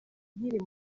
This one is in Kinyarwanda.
nkiri